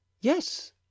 Yes